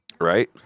Right